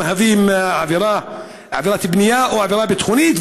מהווים עבירת בנייה או עבירה ביטחונית,